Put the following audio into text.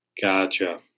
Gotcha